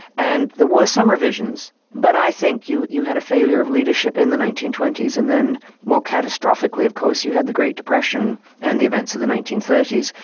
and there were some revisions but i think you you had a failure of leadership in the nineteen twenty s and then more catastrophically of course, you had the great depression and the events of the nineteen thirty s.